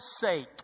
sake